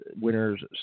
winner's